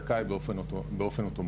זכאי באופן אוטומטי,